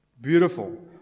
Beautiful